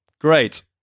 great